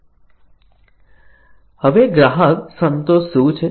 હવે ગ્રાહક સંતોષ શું છે